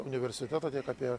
universitetą tiek apie